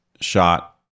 shot